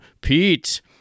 Pete